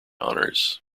honors